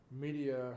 media